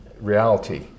reality